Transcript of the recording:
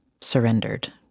surrendered